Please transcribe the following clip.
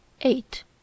Eight